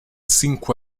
cinco